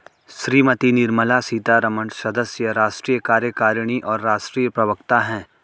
श्रीमती निर्मला सीतारमण सदस्य, राष्ट्रीय कार्यकारिणी और राष्ट्रीय प्रवक्ता हैं